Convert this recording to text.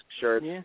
shirts